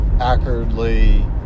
accurately